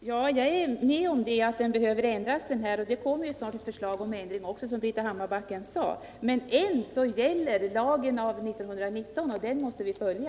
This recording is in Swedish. Herr talman! Jag håller med om att den behöver ändras, och det kommer ju som Britta Hammarbacken sade snart ett förslag om ändring. Men ännu gäller lagen av 1919, och den måste vi följa.